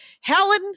Helen